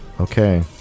okay